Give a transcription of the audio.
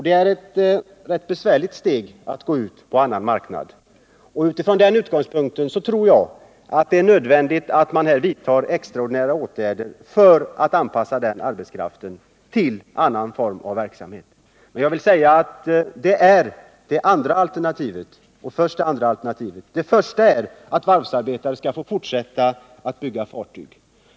Det är ett rätt besvärligt steg för dessa att gå ut på en annan marknad. Utifrån den utgångspunkten tror jag att det är nödvändigt att extraordinära åtgärder vidtas för att anpassa den arbetskraften till en annan form av verksamhet. Men jag vill säga att detta är det andra alternativet — det första är att varvsarbetare skall få fortsätta att bygga fartyg.